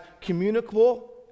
communicable